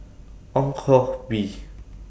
Ong Koh Bee